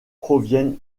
proviennent